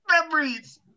Memories